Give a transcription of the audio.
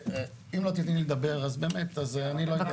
אם לא תתני לי לדבר אז באמת אז -- בבקשה,